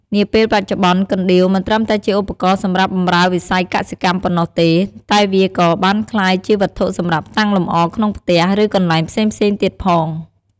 នាពេលបច្ចុប្បន្នកណ្ដៀវមិនត្រឹមតែជាឧបករណ៍សម្រាប់បម្រើវិស័យកសិកម្មប៉ុណ្ណោះទេ តែវាក៏បានក្លាយជាវត្ថុសម្រាប់តាំងលម្អក្នុងផ្ទះ ឬកន្លែងផ្សេងៗទៀតផង។